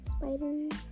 Spiders